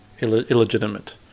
illegitimate